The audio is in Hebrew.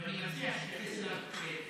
ואני מציע שתתייחס אליו בהתאם.